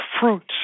fruits